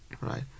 right